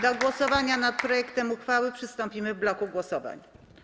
Do głosowania nad projektem uchwały przystąpimy w bloku głosowań.